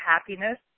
happiness